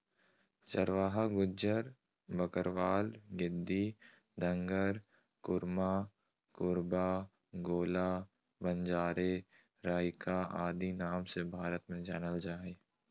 चरवाहा गुज्जर, बकरवाल, गद्दी, धंगर, कुरुमा, कुरुबा, गोल्ला, बंजारे, राइका आदि नाम से भारत में जानल जा हइ